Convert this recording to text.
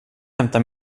hämta